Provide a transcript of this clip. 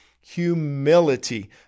humility